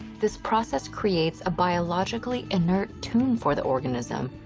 this process creates a biologically inert tomb for the organism,